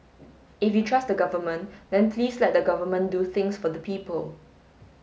if you trust the Government then please let the Government do things for the people